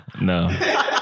No